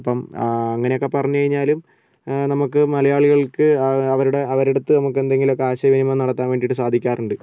അപ്പം അങ്ങനെയൊക്കെ പറഞ്ഞ് കഴിഞ്ഞാലും നമുക്ക് മലയാളികൾക്ക് അവർ അവരുടെ അവരെടുത്ത് നമുക്ക് എന്തെങ്കിലുമൊക്കെ ആശയ വിനിമയം നടത്താൻ വേണ്ടീട്ട് സാധിക്കാറുണ്ട്